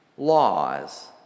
laws